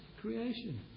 creation